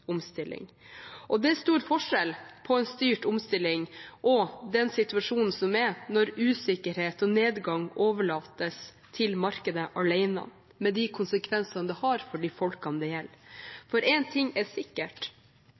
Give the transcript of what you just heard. Det er stor forskjell på en styrt omstilling og den situasjonen som er nå, når usikkerhet og nedgang overlates til markedet alene med de konsekvenser det har for de folkene det gjelder. Tross uenigheter om retningen for petroleumspolitikken er det én ting som er sikkert,